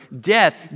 death